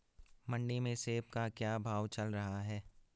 मंडी में सेब का क्या भाव चल रहा है?